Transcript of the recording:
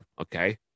Okay